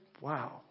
wow